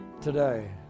today